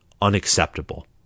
unacceptable